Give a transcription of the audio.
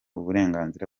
uburenganzira